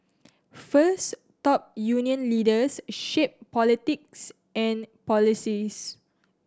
first top union leaders shape politics and policies